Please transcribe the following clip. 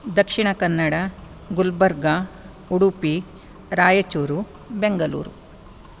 Dakshina Kannada Gulbarga Udupi Raichur Bengaluru